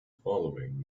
following